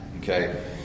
Okay